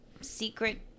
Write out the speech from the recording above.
secret